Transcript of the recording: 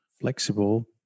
flexible